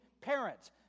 parents